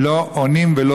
הם לא עונים להם,